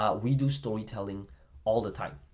ah we do storytelling all the time.